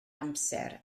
amser